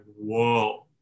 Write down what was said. whoa